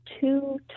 two